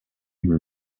une